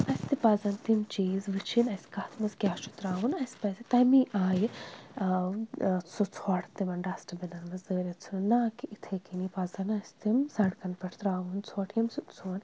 اَسہِ تہِ پَزَن تِم چیٖز وُچھِنۍ اَسہِ کَتھ منٛز کیاہ چھُ ترٛاوُن اَسہِ پَزِ تَمی آیہِ سُہ ژھۄٹھ تِمن ڈَسٹبِنَن منٛز دٲرِتھ ژھٕن نا کہِ یِتھَے کٔنی پَزَن اَسہِ تِم سڑکَن پٮٹھ ترٛاوُن ژھۅٹھ ییٚمہِ سۭتۍ سون